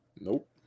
Nope